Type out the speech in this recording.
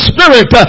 Spirit